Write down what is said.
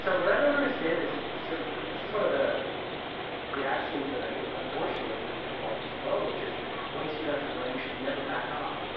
so what i don't understand is so this is one of the the axioms that i think unfortunately has been in pickleball for too long which is once you get up to the line you should never back off.